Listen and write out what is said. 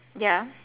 ya